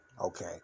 okay